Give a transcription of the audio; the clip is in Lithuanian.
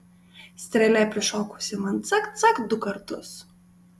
strėlė prišokusi man cakt cakt du kartus